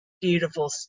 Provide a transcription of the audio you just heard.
beautiful